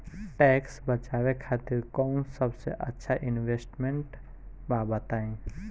Tax बचावे खातिर कऊन सबसे अच्छा इन्वेस्टमेंट बा बताई?